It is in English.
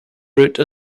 route